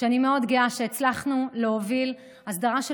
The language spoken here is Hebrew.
שאני מאוד גאה שהצלחנו להוביל הסדרה של